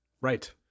Right